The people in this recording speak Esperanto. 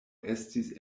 estis